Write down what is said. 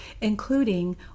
including